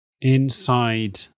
inside